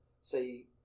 say